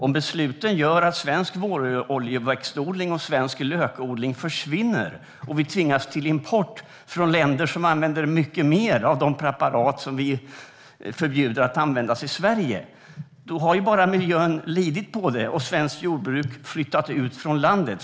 Om besluten gör att svensk våroljeväxtodling och svensk lökodling försvinner och vi tvingas till import från länder som använder mycket mer av de preparat som är förbjudna i Sverige, då har ju bara miljön förlorat på det och svenskt jordbruk flyttat ut från det här landet.